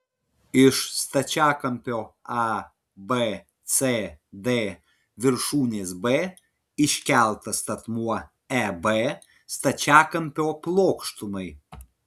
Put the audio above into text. iš stačiakampio abcd viršūnės b iškeltas statmuo eb stačiakampio plokštumai